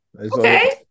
Okay